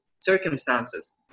circumstances